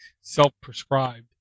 self-prescribed